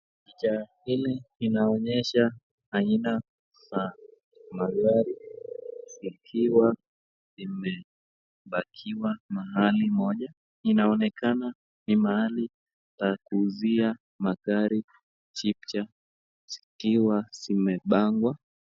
Picha hili inaonesha aina za magari zikiwa ipakiwa mahali moja, inaonekana ni mahali pa kuuzia magari jipya zikiwa zimepangwa.